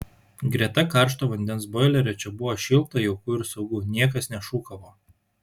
greta karšto vandens boilerio čia buvo šilta jauku ir saugu niekas nešūkavo